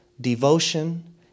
devotion